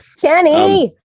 kenny